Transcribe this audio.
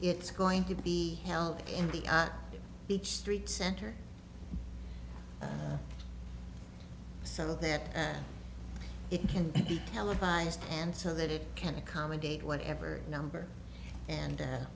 it's going to be held in the beach street center some of that it can be televised and so that it can accommodate whatever number and